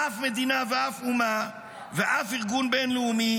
אף מדינה ואף אומה ואף ארגון בין-לאומי